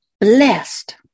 blessed